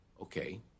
okay